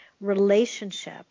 relationship